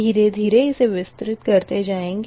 धीरे धीरे इसे विस्तृत करते जाएँगे